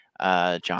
John